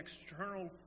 external